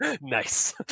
Nice